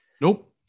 Nope